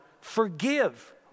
forgive